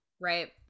Right